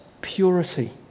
purity